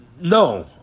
No